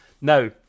now